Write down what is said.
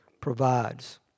provides